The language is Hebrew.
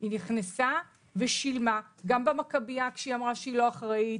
היא נכנסה ושילמה גם במכבייה כשהיא אמרה שהיא לא אחראית,